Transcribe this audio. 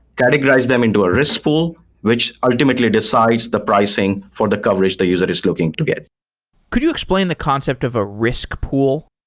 categorize them into a risk pool, which ultimately decides the pricing for the coverage the user is looking to get could you explain the concept of a risk pool?